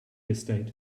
estate